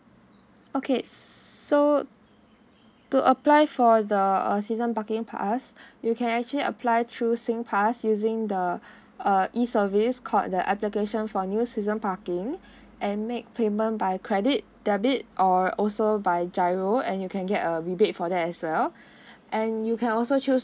okay so to apply for the err season parking pass you can actually apply through sing pass using the uh E service called the application for new season parking and make payment by credit debit or also by G_I_R_O and you can get a rebate for that as well and you can also choose